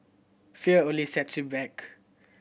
fear only set you back